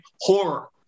Horror